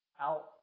out